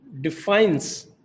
defines